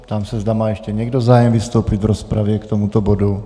Ptám se, zda má ještě někdo zájem vystoupit v rozpravě k tomuto bodu?